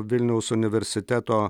vilniaus universiteto